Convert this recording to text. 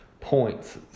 points